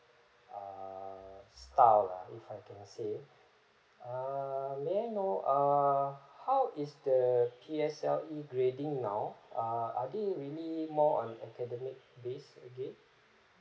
ah style lah if I can say err may I know err how is the P_S_L_E grading now are are they really more on academic based again